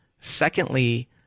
Secondly